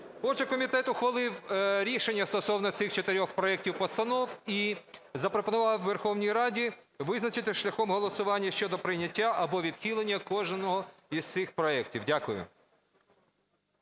комітет ухвалив рішення стосовно цих чотирьох проектів постанов і запропонував Верховній Раді визначитися шляхом голосування щодо прийняття або відхилення кожного із цих проектів. Дякую.